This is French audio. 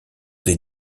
des